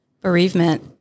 bereavement